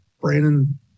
Brandon